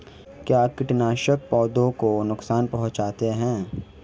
क्या कीटनाशक पौधों को नुकसान पहुँचाते हैं?